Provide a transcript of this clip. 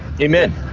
Amen